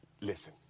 Listen